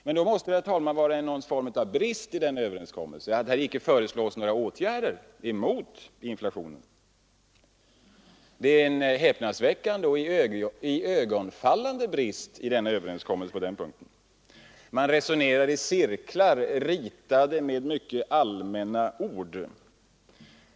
Men det måste vara en brist i denna överenskommelse att man då inte föreslår några åtgärder mot inflationen. Det är en häpnadsväckande och iögonenfallande brist i överenskommelsen. Man resonerar i cirklar, ritade med mycket allmänna fraser.